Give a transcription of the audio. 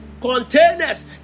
containers